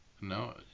No